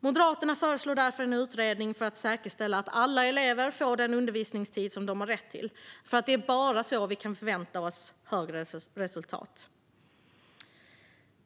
Moderaterna föreslår därför en utredning för att säkerställa att alla elever får den undervisningstid som de har rätt till, för det är bara så vi kan förvänta oss högre resultat.